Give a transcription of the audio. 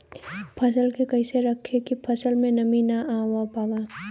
फसल के कैसे रखे की फसल में नमी ना आवा पाव?